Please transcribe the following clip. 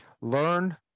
learn